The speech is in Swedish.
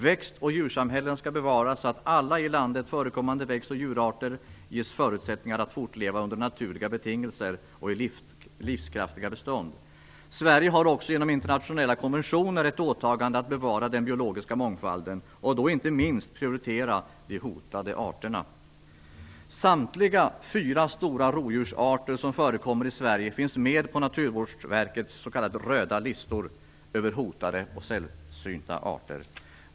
Växt och djursamhällen skall bevaras så att alla i landet förekommande växt och djurarter ges förutsättningar att fortleva under naturliga betingelser och i livskraftiga bestånd. Sverige har också genom internationella konventioner ett åtagande att bevara den biologiska mångfalden och då inte minst prioritera de hotade arterna. Samtliga fyra stora rovdjursarter som förekommer i Sverige finns med på Naturvårdsverkets s.k. röda listor över hotade och sällsynta arter.